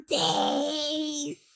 days